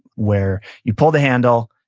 where you pull the handle,